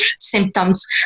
symptoms